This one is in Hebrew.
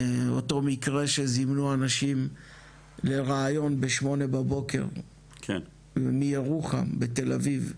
אותו מקרה שזימנו אנשים לראיון בשמונה בבוקר מירוחם לתל אביב.